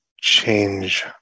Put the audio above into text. change